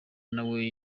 nawe